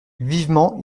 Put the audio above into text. vivement